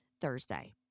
Thursday